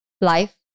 life